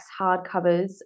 hardcovers